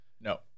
No